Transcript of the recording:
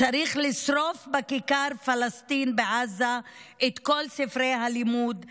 "צריך לשרוף בכיכר פלסטין בעזה את כל ספרי הלימוד שלהם,